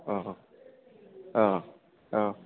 औ औ औ